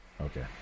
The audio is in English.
okay